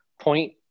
point